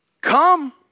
come